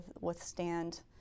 withstand